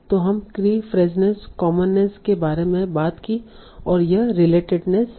तों हमने keyphraseness commonness के बारे में बात की और यह रिलेटेडनेस है